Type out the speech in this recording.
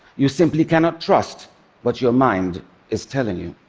you simply cannot trust what your mind is telling you.